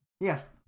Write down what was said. Yes